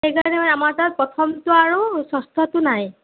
সেইকাৰণে আমাৰ তাত প্ৰথমটো আৰু ষষ্ঠটো নাই